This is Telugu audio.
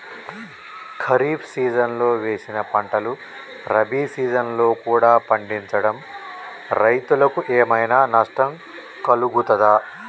ఖరీఫ్ సీజన్లో వేసిన పంటలు రబీ సీజన్లో కూడా పండించడం రైతులకు ఏమైనా నష్టం కలుగుతదా?